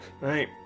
Right